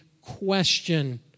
question